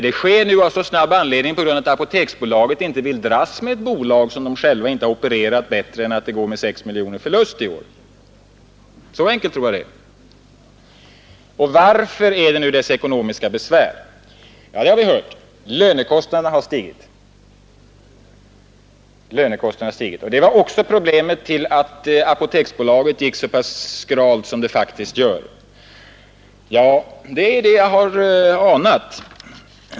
Det sker nu så snabbt av den anledningen att Apoteksbolaget inte vill dras med ett bolag som man själv inte har opererat bättre med än att det nu går med 6 miljoner kronor i förlust i år. Så enkelt tror jag att det är. Varför har man nu dessa ekonomiska besvär? Ja, det har vi hört: lönekostnaderna har stigit. Det var också orsaken till att Apoteksbolaget har gått så pass skralt som det gjort. Det är precis vad jag anat.